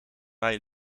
mij